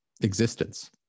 existence